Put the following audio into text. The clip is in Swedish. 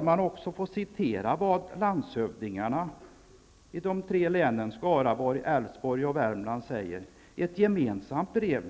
Låt mig också få citera vad landshövdingarna i de tre länen, Skaraborgs, Älvsborgs och Värmlands län, säger i ett gemensamt brev